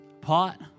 pot